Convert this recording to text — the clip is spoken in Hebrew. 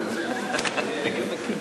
גרמן.